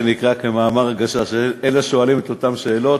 כמאמר "הגשש": אלה שואלים את אותן שאלות,